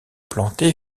plantés